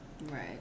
right